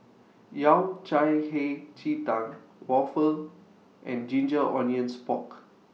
Yao Cai Hei Ji Tang Waffle and Ginger Onions Pork